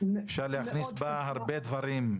אפשר להכניס בה הרבה דברים.